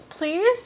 Please